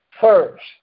first